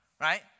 right